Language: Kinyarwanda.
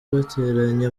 bateranye